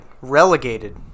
relegated